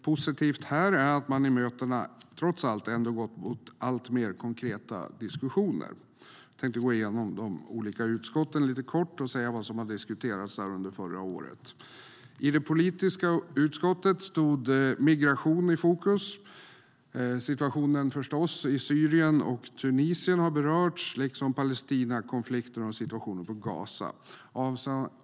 Positivt är att man i mötena ändå gått mot alltmer konkreta diskussioner. Jag tänkte gå igenom de olika utskotten lite kort och säga vad som diskuterades under förra året. I det politiska utskottet har migration stått i fokus. Situationen i Syrien och Tunisien har förstås berörts, liksom Palestinakonflikten och situationen på Gaza.